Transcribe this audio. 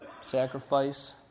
sacrifice